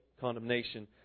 condemnation